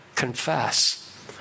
confess